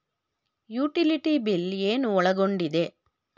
Utility bill ಏನು ಒಳಗೊಂಡಿದೆ?